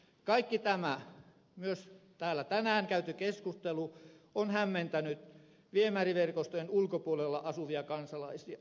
kaikki tämä myös täällä tänään käyty keskustelu on hämmentänyt viemäriverkostojen ulkopuolella asuvia kansalaisia